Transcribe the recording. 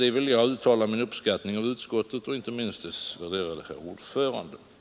Jag vill uttala min uppskattning av utskottet och inte minst dess värderade herr ordförande för detta.